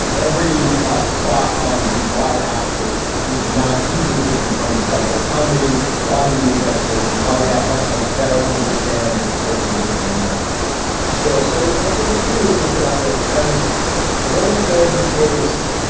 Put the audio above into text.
every spot on the y axis is not equidistant from each other. tell me why you made that choice and why that helps us better understand the course of this pandemic sure. so ah there's a few reasons for that, really. and one of them is,